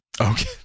Okay